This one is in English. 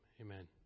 amen